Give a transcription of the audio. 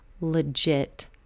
legit